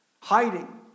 Hiding